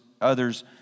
others